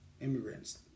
immigrants